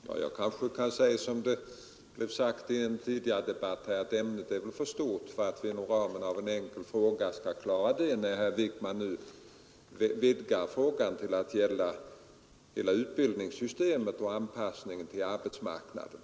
Fru talman! Jag kanske kan säga som det blev sagt i debatten om en tidigare fråga, att ämnet är väl för stort för att vi skall klara det inom ramen för en enkel fråga, när herr Wijkman nu vidgar frågan till att gälla hela utbildningssystemet och anpassningen till arbetsmarknaden.